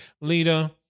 Leader